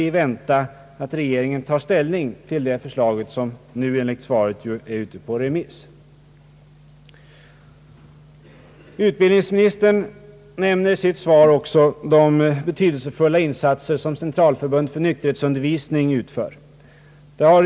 I svaret återstår det förslag som överläm Utbildningsministern nämner i sitt svar också de betydelsefulla insatser som Centralförbundet för nykterhetsundervisning utför.